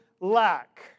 lack